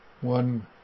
One